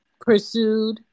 pursued